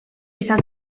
izan